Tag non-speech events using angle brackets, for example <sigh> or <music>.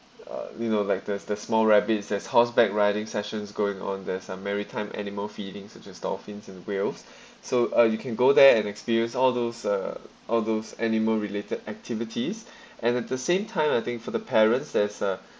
uh you know like the the small rabbits there's horseback riding sessions going on there's some maritime animal feeding such as dolphins and whales <breath> so uh you can go there and experience all those uh all those animal related activities <breath> and at the same time I think for the parents there's a